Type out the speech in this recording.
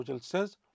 says